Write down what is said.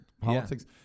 politics